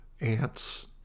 ants